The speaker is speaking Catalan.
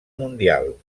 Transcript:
mundial